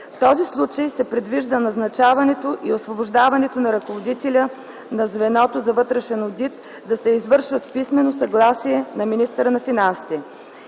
В този случай се предвижда назначаването и освобождаването на ръководителя на звеното за вътрешен одит да се извършва с писменото съгласие на министъра на финансите.